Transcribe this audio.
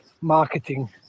marketing